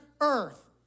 earth